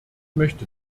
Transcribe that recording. möchte